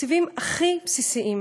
התקציבים הכי בסיסיים,